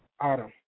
Autumn